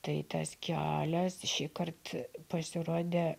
tai tas kelias šįkart pasirodė